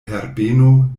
herbeno